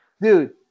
Dude